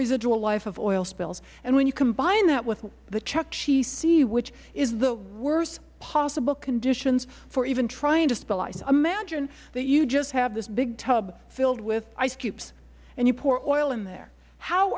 residual life of oil spills and when you combine that with the chukchi sea which is the worst possible conditions for even trying to spill ice imagine that you just have this big tub filled with ice cubes and you pour oil in there how